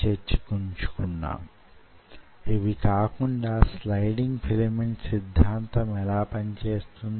అందువలన వొక micro cantilever system ఈ విధంగా కనిపిస్తుంది